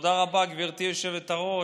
תודה רבה, גברתי היושבת-ראש.